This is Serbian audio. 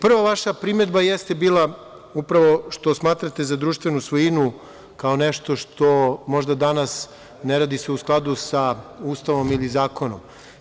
Prva vaša primedba jeste bila upravo što smatrate za društvenu svojinu kao nešto što se možda danas ne radi u skladu sa Ustavom ili zakonom…